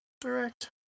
direct